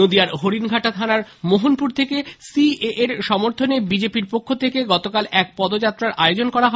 নদীয়ার হরিণঘাটা থানার মোহনপুর থেকে সিএএ র সমর্থনে বিজেপি র পক্ষ থেকে গতকাল এক পদযাত্রার আয়োজন করা হয়